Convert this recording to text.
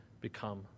become